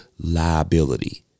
liability